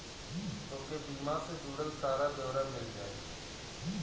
तोके बीमा से जुड़ल सारा ब्योरा मिल जाई